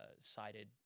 cited